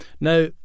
now